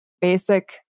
Basic